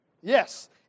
Yes